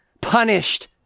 punished